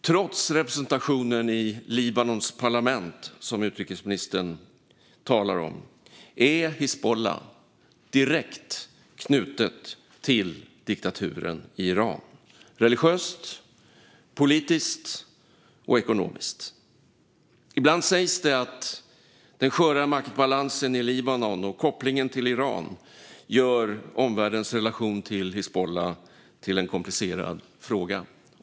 Trots representationen i Libanons parlament, som utrikesministern talar om, är Hizbullah direkt knutet till diktaturen i Iran - religiöst, politiskt och ekonomiskt. Ibland sägs det att den sköra maktbalansen i Libanon och kopplingen till Iran gör omvärldens relation till Hizbullah till en komplicerad fråga.